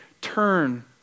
turn